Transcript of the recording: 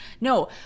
No